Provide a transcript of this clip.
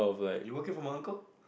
you working for my uncle